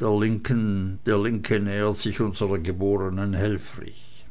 der linke nähert sich unsrer geborenen helfrich